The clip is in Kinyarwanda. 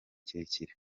kirekire